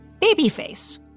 babyface